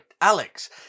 Alex